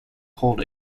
hold